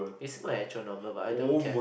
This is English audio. is my actual number but but I don't care